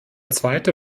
zweite